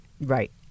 Right